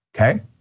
okay